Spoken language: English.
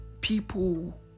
people